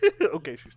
okay